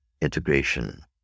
integration